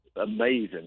amazing